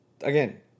again